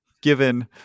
given